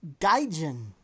Gaijin